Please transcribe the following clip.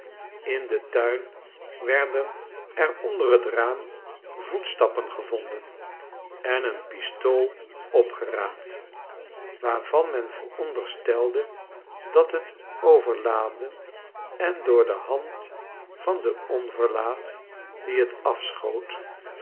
in den tuin werden er onder traam voetstappen gevonden en een pistool opgeraapt waarvan men veronderstelde dat het overladen en door de hand van den onverlaat die het afschoot